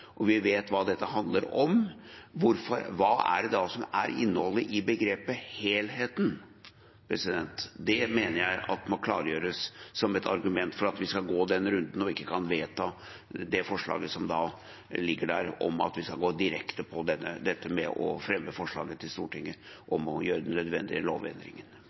og vi vet hva dette handler om. Hva er da innholdet i begrepet «helheten»? Det mener jeg må klargjøres som et argument for at vi skal gå den runden og ikke kan vedta det forslaget som foreligger om å foreslå de nødvendige lovendringer direkte for Stortinget. Det er to ting som er viktige. For det første mener jeg at vi skal